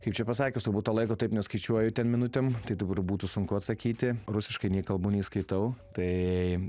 kaip čia pasakius turbūt to laiko taip neskaičiuoju ten minutėm tai dabar būtų sunku atsakyti rusiškai nei kalbų nei skaitau tai